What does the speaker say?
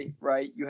right